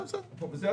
אתם אלה